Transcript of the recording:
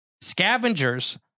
Scavengers